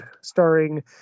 starring